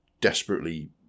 desperately